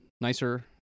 nicer